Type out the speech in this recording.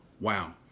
Wow